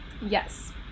yes